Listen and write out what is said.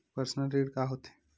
Personal ऋण का होथे?